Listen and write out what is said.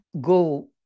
go